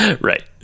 right